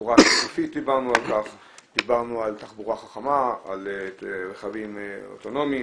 דיברנו על תחבורה חכמה, על רכבים אוטונומיים.